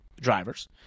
drivers